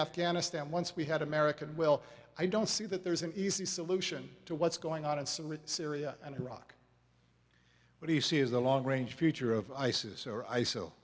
afghanistan once we had american well i don't see that there's an easy solution to what's going on in syria and iraq what do you see as the long range future of isis or i so